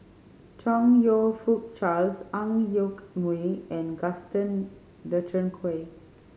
Chong You Fook Charles Ang Yoke Mooi and Gaston Dutronquoy